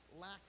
lack